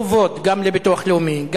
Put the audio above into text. וחובות גם לביטוח לאומי,